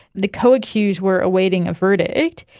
the co-accused were awaiting a verdict,